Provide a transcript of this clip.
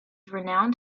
renowned